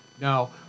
Now